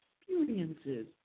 experiences